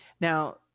Now